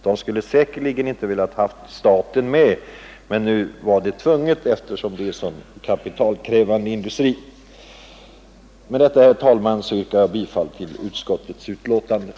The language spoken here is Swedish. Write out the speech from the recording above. De skulle säkerligen inte velat ha staten med, men nu var det tvunget, eftersom det är en så kapitalkrävande industri. Med dessa ord, herr talman, yrkar jag bifall till utskottets hemställan.